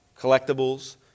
collectibles